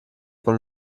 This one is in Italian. con